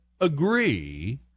agree